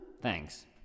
Thanks